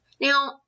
Now